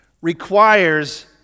requires